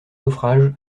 naufrage